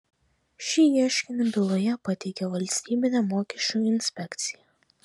šį ieškinį byloje pateikė valstybinė mokesčių inspekcija